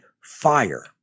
fire